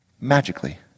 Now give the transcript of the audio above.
Magically